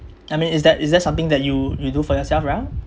I mean is that is that something that you you do for yourself well